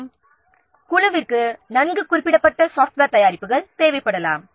project குழுவிற்கு சில software தயாரிப்புகள் தேவைப்படலாம்